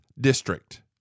district